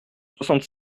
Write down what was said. soixante